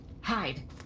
Hide